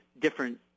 different